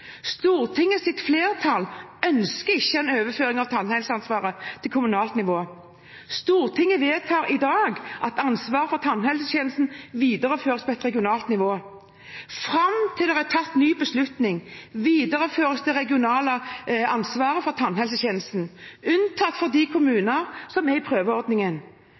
Stortinget i dag vedtar en utsettelse av tannhelsereformen. Stortingets flertall ønsker ikke en overføring av tannhelseansvaret til kommunalt nivå. Stortinget vedtar i dag at ansvaret for tannhelsetjenesten videreføres på et regionalt nivå: «Frem til det er tatt en ny beslutning, videreføres det regionale ansvaret for tannhelsetjenesten, unntatt for kommuner som er i prøveordningen.»